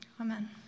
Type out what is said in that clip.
Amen